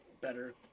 better